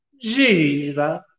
Jesus